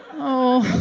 oh,